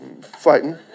fighting